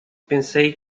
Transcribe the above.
pensei